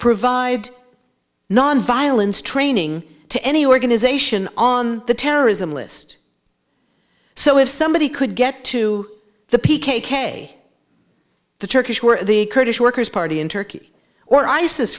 provide nonviolence training to any organization on the terrorism list so if somebody could get to the p k k the turkish were the kurdish workers party in turkey or i